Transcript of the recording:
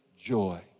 joy